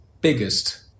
biggest